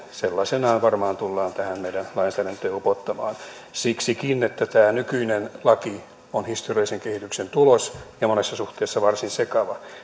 sellaisenaan varmaan tullaan tähän meidän lainsäädäntöömme upottamaan siksikin että tämä nykyinen laki on historiallisen kehityksen tulos ja monessa suhteessa varsin sekava